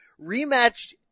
rematched